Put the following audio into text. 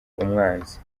umwanzi